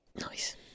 Nice